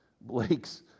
Blake's